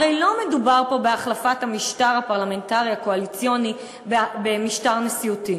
הרי לא מדובר פה בהחלפת המשטר הפרלמנטרי הקואליציוני במשטר נשיאותי.